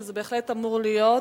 שזה אמור להיות